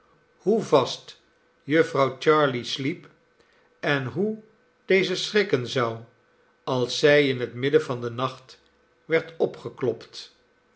hoe vast jufvrouw jarley sliep en hoe deze schrikken zou als zij in het midden van den nacht werd opgeklopt